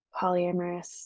polyamorous